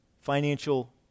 financial